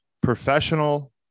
professional